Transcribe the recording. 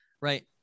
right